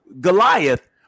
Goliath